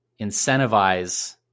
incentivize